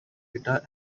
guitar